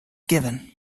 given